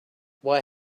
why